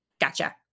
Gotcha